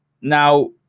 Now